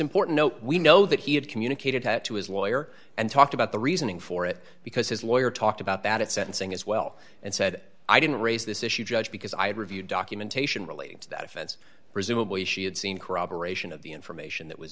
important we know that he had communicated that to his lawyer and talked about the reasoning for it because his lawyer talked about that at sentencing as well and said i didn't raise this issue judge because i had reviewed documentation relating to that offense presumably she had seen corroboration of the information that was